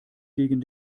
gegen